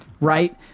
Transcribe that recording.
Right